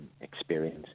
experience